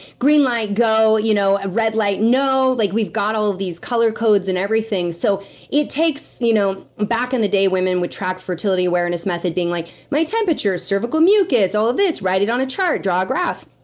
green light, go. you know ah red light, no. like we've got all of these color codes and everything, so it takes. you know back in the day, women would track fertility awareness method being like, my temperature, cervical mucus, all of this, write it on a chart, draw a graph.